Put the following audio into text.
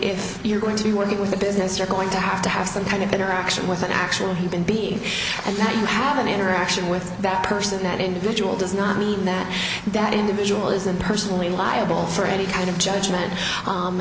if you're going to be working with the business you're going to have to have some kind of interaction with an actual human being and that you have an interaction with that person that individual does not mean that that individual is a personally liable for any kind of judgment